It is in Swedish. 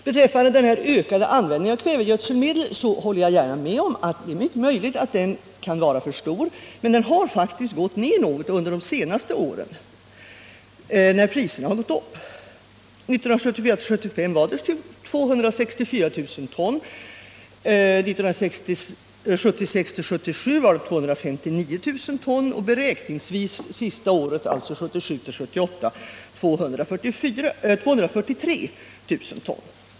Beträffande den ökade användningen av kvävegödselmedel håller jag gärna med om att det är mycket möjligt att den kan vara för stor, men den har faktiskt gått ner något under de senaste åren, när priserna har gått upp. 1974 77 var det 259 000 ton och det senaste året, alltså 1977/78, beräkningsvis 243 000 ton.